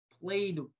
played